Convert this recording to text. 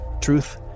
Truth